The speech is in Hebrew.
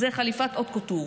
זו חליפת הוט קוטור,